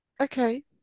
Okay